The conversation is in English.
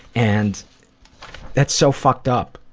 and that's so fucked up.